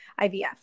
IVF